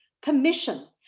permission